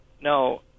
No